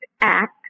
act